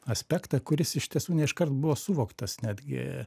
aspektą kuris iš tiesų ne iškart buvo suvoktas netgi